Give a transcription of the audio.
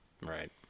Right